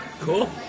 Cool